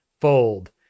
fold